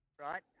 right